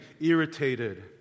irritated